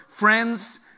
friends